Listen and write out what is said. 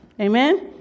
Amen